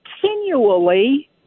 continually